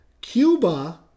Cuba